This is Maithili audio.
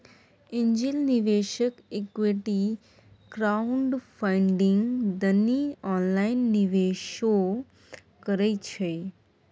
एंजेल निवेशक इक्विटी क्राउडफंडिंग दनी ऑनलाइन निवेशो करइ छइ